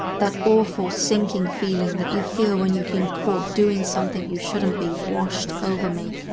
that awful sinking feeling that you feel when you've been caught doing something you shouldn't be washed over me.